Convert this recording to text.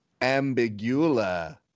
Ambigula